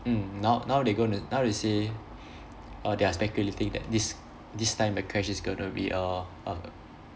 mm now now they gonna now they say err they are speculating that this this time the crash is gonna be a uh